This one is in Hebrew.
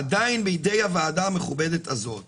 עדיין בידי הוועדה המכובדת הזאת